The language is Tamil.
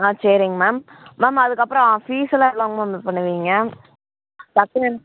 ஆ சரிங்க மேம் மேம் அதுக்கப்புறம் ஃபீஸெல்லாம் எவ்வளோங்க மேம் இது பண்ணுவீங்க பர்சண்டேஜ்